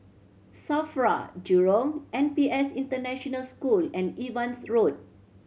SAFRA Jurong N P S International School and Evans Road